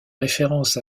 référence